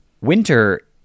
winter